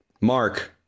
Mark